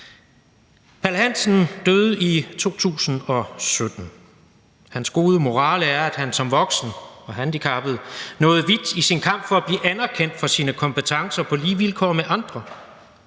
Palle Hansen døde i 2017. Hans gode morale er, at han som voksen og handicappet nåede vidt i sin kamp for at blive anerkendt for sine kompetencer på lige vilkår med andre.